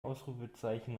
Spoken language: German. ausrufezeichen